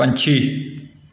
ਪੰਛੀ